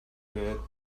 good